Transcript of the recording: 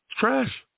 trash